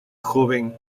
joven